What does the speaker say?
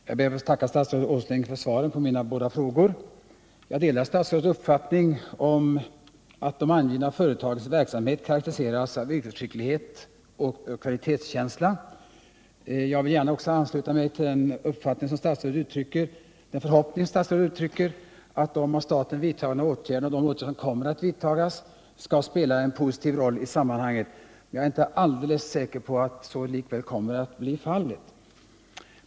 Herr talman! Jag ber att få tacka statsrådet Åsling för svaren på mina båda frågor. Jag delar statsrådets uppfattning att de angivna företagens verksamhet karakteriseras av yrkesskicklighet och kvalitetskänsla. Jag vill gärna också sluta mig till den förhoppning statsrådet uttrycker om att de av staten vidtagna åtgärderna, och de som kommer att vidtas, skall spela en positiv roll i sammanhanget. Men jag är inte alldeles säker på att så kommer att bli fallet.